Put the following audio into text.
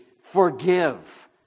forgive